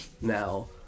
now